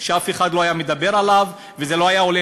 אף אחד לא היה מדבר עליו וזה לא היה עולה